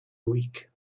weak